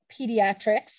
Pediatrics